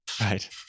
Right